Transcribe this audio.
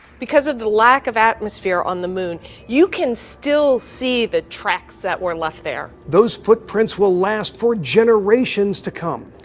because of the lack of atmosphere on the moon, you can still see the tracks that were left there. those footprints will last for generations to come.